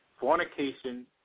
fornication